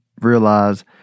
realize